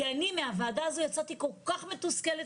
כי אני מהוועדה הזו יצאתי כל כך מתוסכלת,